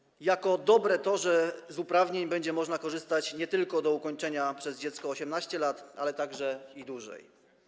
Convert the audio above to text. Oceniamy jako dobre to, że z uprawnień będzie można korzystać nie tylko do ukończenia przez dziecko 18 lat, ale i dłużej.